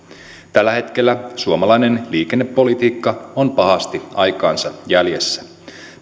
tällä hetkellä suomalainen liikennepolitiikka on pahasti aikaansa jäljessä